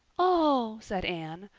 oh, said anne,